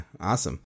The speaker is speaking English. awesome